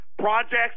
Projects